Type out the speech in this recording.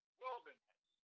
wilderness